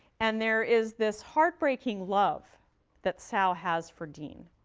and there is this heartbreaking love that sal has for dean,